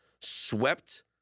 swept